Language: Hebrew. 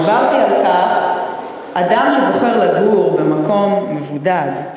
דיברתי על כך שאדם שבוחר לגור במקום מבודד,